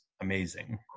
amazing